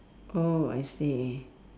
oh I see